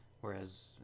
whereas